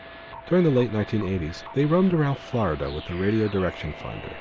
during the late nineteen eighty s, they roamed around florida with a radio direction finder.